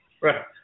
Right